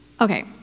Okay